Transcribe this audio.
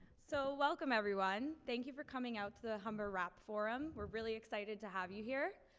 so welcome, everyone. thank you for coming out to the humber rapp forum. we're really excited to have you here.